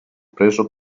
preso